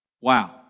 Wow